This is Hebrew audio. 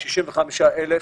65,000,